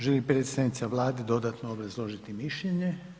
Želi li predstavnica Vlade dodatno obrazložiti mišljenje?